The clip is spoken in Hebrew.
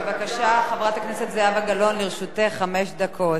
בבקשה, חברת הכנסת זהבה גלאון, לרשותך חמש דקות.